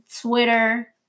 Twitter